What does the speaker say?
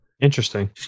Interesting